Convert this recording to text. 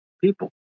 People